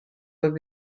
would